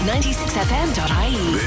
96fm.ie